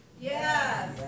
Yes